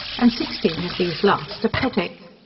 and sixteen of these last a petack.